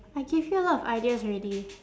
I give you a lot of ideas already